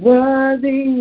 Worthy